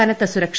കനത്ത സുരക്ഷ